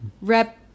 rep